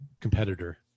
competitor